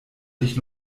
dich